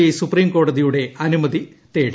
I സുപ്രീംകോടതിയുടെ അനുമതി തേടി